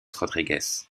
rodrigues